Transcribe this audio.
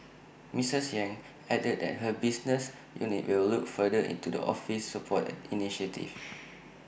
misses yang added that her business unit will look further into the office's support initiatives